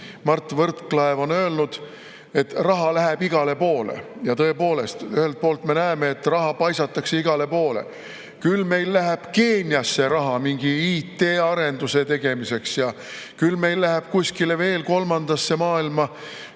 Mart Võrklaev on öelnud, et raha läheb igale poole. Ja tõepoolest, ühelt poolt me näeme, et raha paisatakse igale poole. Küll meil läheb Keeniasse raha mingi IT-arenduse tegemiseks ja küll meil läheb kuskile veel kolmandasse maailma,